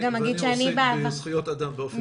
אני עוסק בזכויות אדם באופן כללי.